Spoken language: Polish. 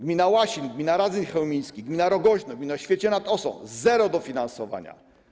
Gmina Łasin, gmina Radzyń Chełmiński, gmina Rogoźno, gmina Świecie nad Osą - zero dofinansowania.